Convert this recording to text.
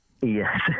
Yes